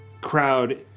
crowd